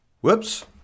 Whoops